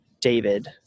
David